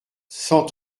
cent